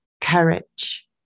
courage